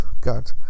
God